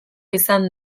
izan